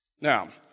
Now